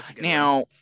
now